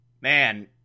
...man